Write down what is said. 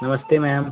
नमस्ते मैम